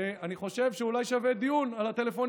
ואני חושב שאולי שווה דיון על הטלפונים